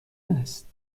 است